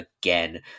again